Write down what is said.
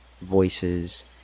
voices